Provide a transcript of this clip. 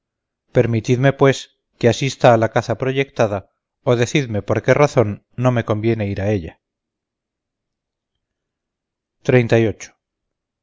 permitidme pues que asista a la caza proyectada o decidme por qué razón no me conviene ir a ella yo hijo